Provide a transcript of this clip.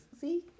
See